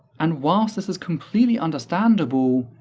and whilst this is completely understandable,